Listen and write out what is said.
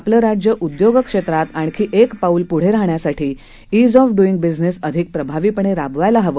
आपलं राज्य उद्योग क्षेत्रात आणखी एक पाऊल पुढे राहण्यासाठी ईज ऑफ डुईग बिजनेस अधिक प्रभावीपणे राबवायला हवे